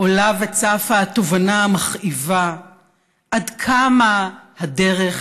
עולה וצפה התובנה המכאיבה עד כמה הדרך